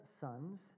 sons